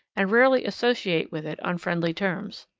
and rarely associate with it on friendly terms.